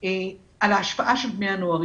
על ההשפעה של בני הנוער.